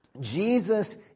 Jesus